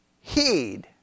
heed